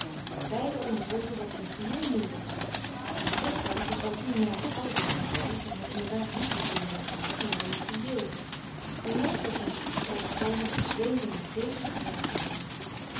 beiden ondervonden wat hen geheel nieuw was ritsaart was wel tien jaren ouder dan hedwig en had inderdaad liefdes bindingen gehad die hij niet verheelde maar nooit was hem iets overkomen wat zweemde naar deze gewaarwording